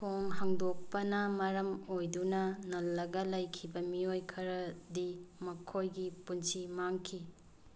ꯊꯣꯡ ꯍꯥꯡꯗꯣꯛꯄꯅ ꯃꯔꯝ ꯑꯣꯏꯗꯨꯅ ꯅꯜꯂꯒ ꯂꯩꯈꯤꯕ ꯃꯤꯑꯣꯏ ꯈꯔꯗꯤ ꯃꯈꯣꯏꯒꯤ ꯄꯨꯟꯁꯤ ꯃꯥꯡꯈꯤ